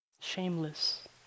shameless